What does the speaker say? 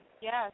Yes